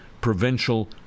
provincial